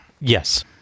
Yes